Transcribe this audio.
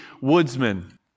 woodsman